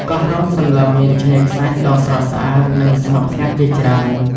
កោះរ៉ុងសន្លឹមមានឆ្នេរខ្សាច់ដ៏ស្រស់ស្អាត និងស្ងប់ស្ងាត់ជាច្រើន។